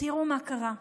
תראו מה קרה.